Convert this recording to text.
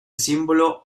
símbolo